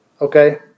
Okay